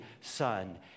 son